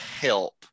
help